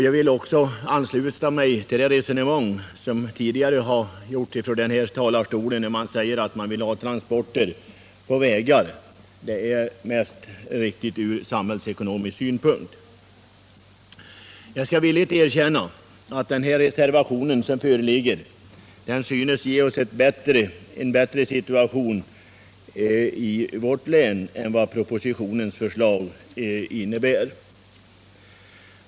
Jag vill också deklarera min anslutning till det resonemang som tidigare har förts från denna talarstol om att vattentransporterna från nationalekonomisk synpunkt framstår som riktigast. Jag skall villigt erkänna att reservationen synes ge vårt län en bättre situation än propositionens förslag gör.